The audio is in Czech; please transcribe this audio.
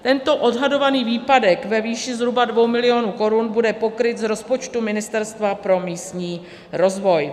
Tento odhadovaný výpadek ve výši zhruba 2 milionů korun bude pokryt z rozpočtu Ministerstva pro místní rozvoj.